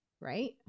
Right